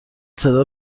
صدا